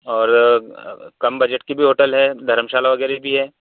और कम बजट की भी होटल है धर्मशाला वगैरह भी हैं